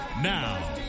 Now